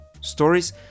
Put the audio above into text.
Stories